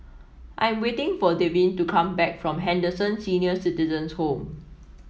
I am waiting for Devyn to come back from Henderson Senior Citizens' Home